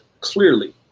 clearly